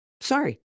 Sorry